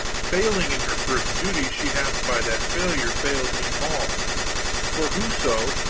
failing in her first duty, she hath by that failure failed in all for whoso,